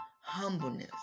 Humbleness